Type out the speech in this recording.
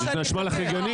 יופי,